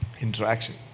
interaction